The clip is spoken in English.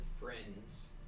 friends